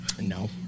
no